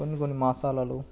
కొన్ని కొన్ని మాసాలలో